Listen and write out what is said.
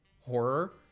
horror